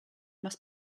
must